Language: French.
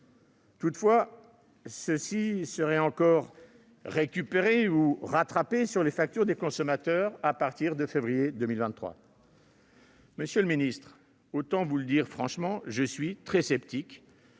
Toutefois, la hausse sera « récupérée » ou « rattrapée » sur les factures des consommateurs à compter de février 2023 ! Monsieur le ministre, autant vous le dire franchement : je suis très sceptique.